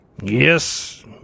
Yes